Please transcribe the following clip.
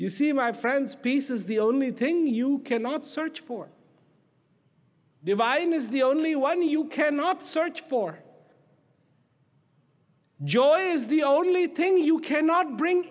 you see my friends peace is the only thing you cannot search for divine is the only one you cannot search for joy is the only thing you cannot bring